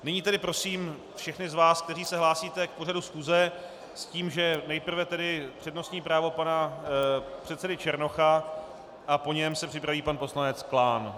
Nyní tedy prosím všechny z vás, kteří se hlásíte k pořadu schůze s tím, že nejprve tedy přednostní právo pana předsedy Černocha a po něm se připraví pan poslanec Klán.